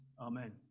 Amen